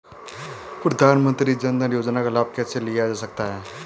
प्रधानमंत्री जनधन योजना का लाभ कैसे लिया जा सकता है?